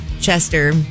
Chester